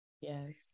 Yes